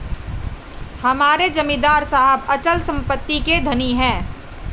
हमारे जमींदार साहब अचल संपत्ति के धनी हैं